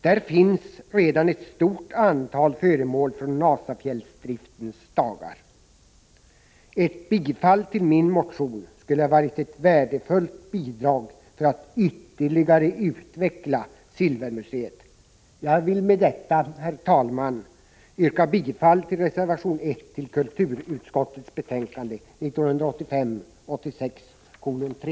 Där finns redan ett stort antal föremål från Nasafjällsdriftens dagar. Ett bifall till min motion skulle ha varit ett värdefullt bidrag för att ytterligare utveckla Silvermuseet. Jag vill med detta, herr talman, yrka bifall till reservation 1 till kulturutskottets betänkande 1985/86:3.